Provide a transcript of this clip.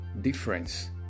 difference